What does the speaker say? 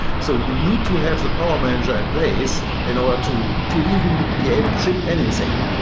so you need to have the power manager in place in order to to even be able to ship anything.